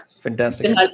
Fantastic